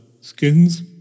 skins